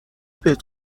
بهت